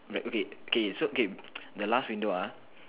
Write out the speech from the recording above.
right okay okay so okay the last window ah